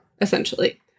Essentially